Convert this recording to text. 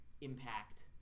impact